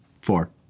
Four